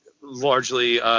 largely